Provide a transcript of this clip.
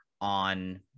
on